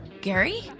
Gary